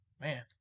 man